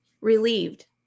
relieved